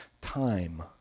time